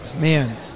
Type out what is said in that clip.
man